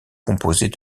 composés